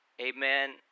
amen